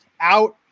out